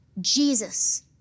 Jesus